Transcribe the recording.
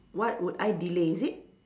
what would I delay is it